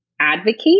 advocate